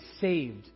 saved